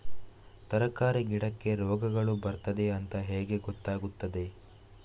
ತರಕಾರಿ ಗಿಡಕ್ಕೆ ರೋಗಗಳು ಬರ್ತದೆ ಅಂತ ಹೇಗೆ ಗೊತ್ತಾಗುತ್ತದೆ?